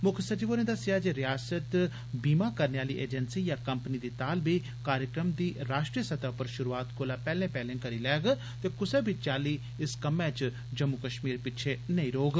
मुक्ख सचिव होरें दस्सेआ जे रिआसत बीमा करने आली एजेंसी जां कंपनी दी ताल बी कार्यक्रम दी राश्ट्रीयसतह् पर शुरूआत कोला पैह्ले पैह्ले करी लैग ते कुसै बी चाल्ली इस कम्मै च जम्मू कश्मीर पिच्छे नेई रौह्ग